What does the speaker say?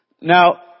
Now